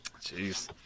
Jeez